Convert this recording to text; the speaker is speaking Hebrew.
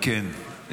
אם כן,